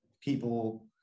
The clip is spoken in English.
people